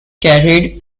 carried